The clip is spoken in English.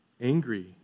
angry